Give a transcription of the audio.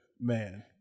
Man